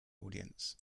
audience